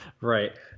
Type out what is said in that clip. Right